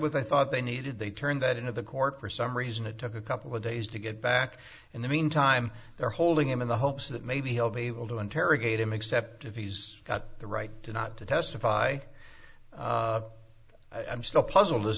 with i thought they needed they turned that into the court for some reason it took a couple of days to get back in the mean time they're holding him in the hopes that maybe he'll be able to interrogate him except if he's got the right to not to testify i'm still puzzled as